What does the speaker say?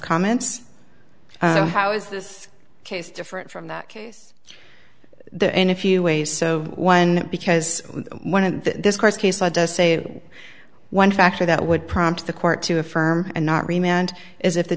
comments how is this case different from that case the in a few ways so one because one of this course case law does say one factor that would prompt the court to affirm and not